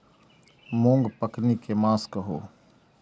मूँग पकनी के मास कहू?